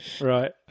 Right